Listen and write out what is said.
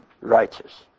righteous